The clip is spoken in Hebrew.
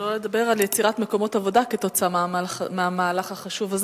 שלא לדבר על יצירת מקומות עבודה כתוצאה מהמהלך החשוב הזה.